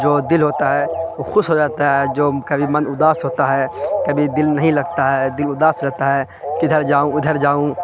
جو دل ہوتا ہے وہ خوش ہو جاتا ہے جو کبھی من اداس ہوتا ہے کبھی دل نہیں لگتا ہے دل اداس رہتا ہے کدھر جاؤں ادھر جاؤں